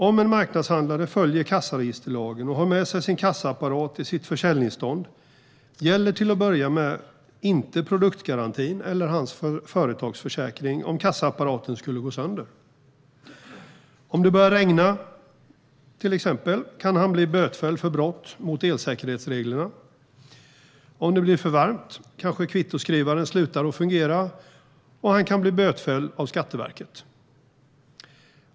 Om en marknadshandlare följer kassaregisterlagen och har med sig sin kassaapparat i sitt försäljningsstånd gäller till att börja med inte produktgarantin eller hans företagsförsäkring om kassaapparaten skulle gå sönder. Om det exempelvis börjar regna kan han bli bötfälld för brott mot elsäkerhetsreglerna. Om det blir för varmt kanske kvittoskrivaren slutar att fungera, och han kan bli bötfälld av Skatteverket.